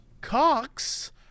cox